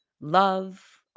Love